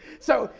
so,